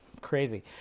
Crazy